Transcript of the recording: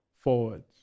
forwards